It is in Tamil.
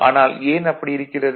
ஆனால் ஏன் அப்படி இருக்கிறது